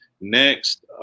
Next